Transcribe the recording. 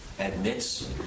admits